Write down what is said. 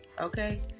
okay